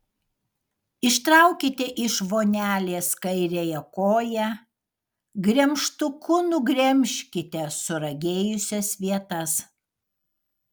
ištraukite iš vonelės kairiąją koją gremžtuku nugremžkite suragėjusias vietas